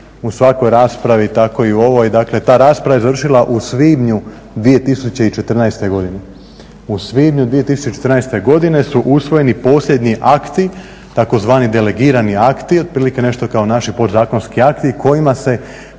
u svakoj raspravi tako i u ovoj, ta rasprava je završila u svibnju 2014. Godine. U svibnju 2014. godine su usvojeni posljednji akti tzv. delegirani akti, otprilike nešto kao naši podzakonski akti kojima se